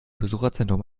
besucherzentrum